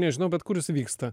nežinau bet kur jisai vyksta